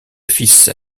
fils